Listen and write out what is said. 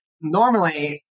normally